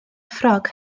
ffrog